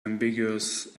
ambiguous